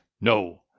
No